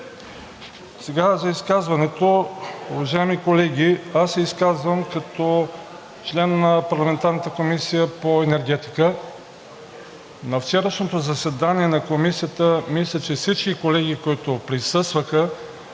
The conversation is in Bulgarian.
тук и по бермудки. Уважаеми колеги, аз се изказвам като член на парламентарната Комисия по енергетика. На вчерашното заседание на Комисията мисля, че всички колеги, които присъстваха,